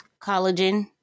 collagen